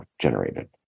generated